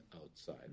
outside